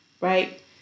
right